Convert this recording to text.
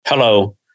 Hello